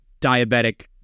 diabetic